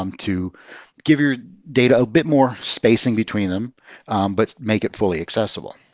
um to give your data bit more spacing between them but make it fully accessible.